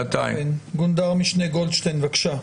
גונדר משנה גולדשטיין בבקשה.